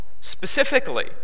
Specifically